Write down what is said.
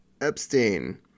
Epstein